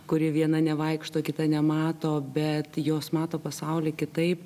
kuri viena nevaikšto kita nemato bet jos mato pasaulį kitaip